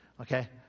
Okay